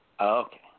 Okay